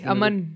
Aman